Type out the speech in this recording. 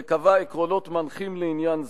וקבע עקרונות מנחים לעניין זה.